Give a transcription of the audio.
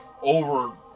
over